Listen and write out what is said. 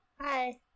Hi